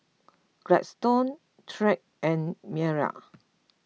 Gladstone Tyrek and Maia